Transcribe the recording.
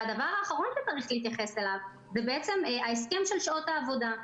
הדבר האחרון שצריך להתייחס אליו זה ההסכם של שעות העבודה.